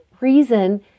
reason